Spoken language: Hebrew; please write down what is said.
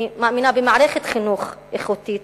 אני מאמינה במערכת חינוך איכותית,